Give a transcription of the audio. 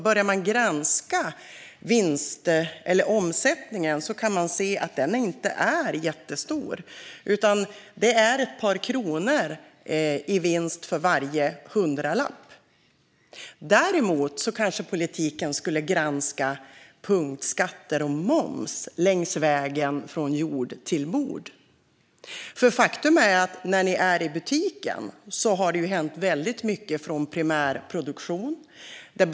Börjar man granska omsättningen kan man se att vinsten inte är jättestor. Det är ett par kronor i vinst för varje hundralapp. Däremot kanske politiken skulle granska punktskatter och moms längs vägen från jord till bord. Faktum är att det har hänt väldigt mycket från primärproduktionen till att ni kommer till butiken.